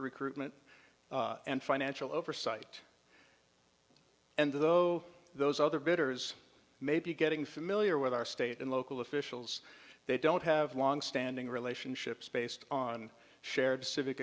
recruitment and financial oversight and though those other bidders may be getting familiar with our state and local officials they don't have long standing relationships based on shared civic